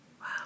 wow